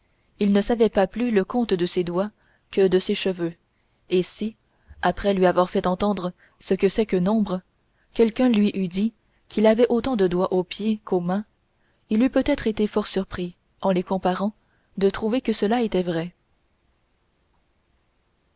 il ne savait pas plus le compte de ses doigts que de ses cheveux et si après lui avoir fait entendre ce que c'est que nombres quelqu'un lui eût dit qu'il avait autant de doigts aux pieds qu'aux mains il eût peut-être été fort surpris en les comparant de trouver que cela était vrai